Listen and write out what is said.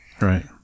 Right